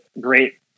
great